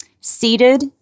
seated